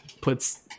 puts